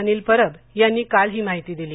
अनिल परब यांनी काल ही माहिती दिली